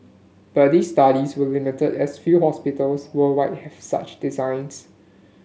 but these studies were limited as few hospitals worldwide have such designs